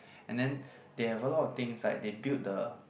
and then they have a lot of things like they build the